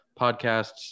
Podcasts